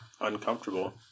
uncomfortable